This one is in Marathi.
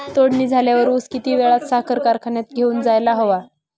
तोडणी झाल्यावर ऊस किती वेळात साखर कारखान्यात घेऊन जायला हवा?